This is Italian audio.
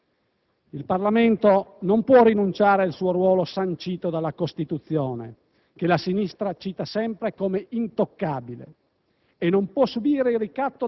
Se la presente proposta venisse approvata sarebbe sancita la definitiva abdicazione del potere politico di fronte alla magistratura.